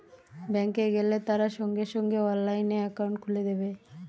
bank এ গেলে তারা সঙ্গে সঙ্গে অনলাইনে একাউন্ট খুলে দেবে